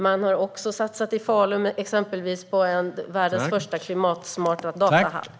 Man har i Falun också satsat på världens första klimatsmarta datahall.